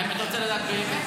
האם אתה רוצה לדעת באמת?